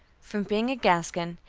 from being a gascon,